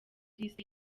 lisiti